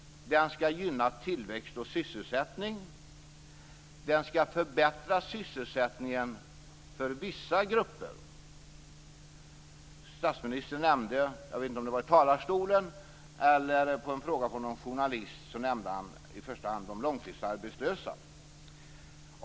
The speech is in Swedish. Den skall gynna tillväxt och sysselsättning. Den skall förbättra sysselsättningen för vissa grupper. Statsministern nämnde i första hand de långtidsarbetslösa. Jag vet inte om det var i talarstolen eller på en fråga från någon journalist.